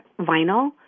vinyl